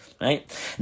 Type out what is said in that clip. right